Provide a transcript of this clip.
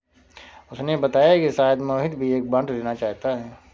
उसने बताया कि शायद मोहित भी एक बॉन्ड लेना चाहता है